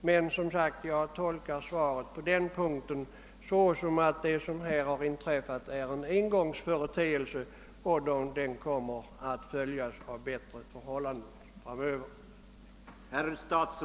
Som nämnt tolkar jag emellertid svaret på denna punkt så, att det som inträffat är en engångsföreteelse, som kommer att följas av bättre förhållanden framöver.